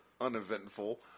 uneventful